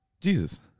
jesus